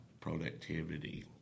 productivity